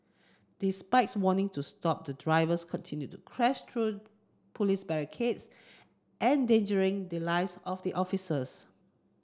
despite warning to stop the drivers continued to crash through police barricades endangering the lives of the officers